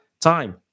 time